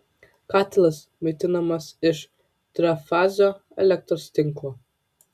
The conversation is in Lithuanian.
katilas maitinamas iš trifazio elektros tinklo